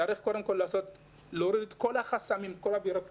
צריך קודם כל להוריד את כל החסמים וכל הבירוקרטיה.